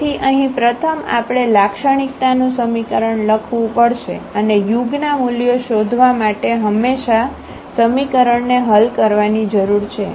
તેથી અહીં પ્રથમ આપણે લાક્ષણિકતાનું સમીકરણ લખવું પડશે અને યુગના મૂલ્યો શોધવા માટે હંમેશાં સમીકરણને હલ કરવાની જરૂર છે